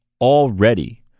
already